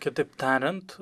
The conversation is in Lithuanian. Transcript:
kitaip tariant